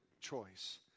choice